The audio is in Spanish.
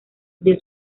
the